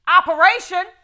operation